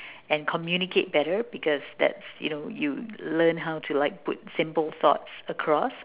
and communicate better because that's you know you learn how to like put simple thoughts across